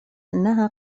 أنها